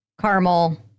caramel